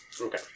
Okay